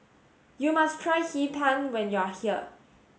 you must try Hee Pan when you are here